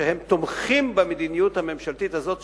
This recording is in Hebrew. שהם תומכים במדיניות הממשלתית הזאת,